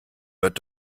wird